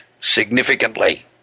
significantly